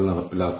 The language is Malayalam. ഇവിടെയായിരുന്നോ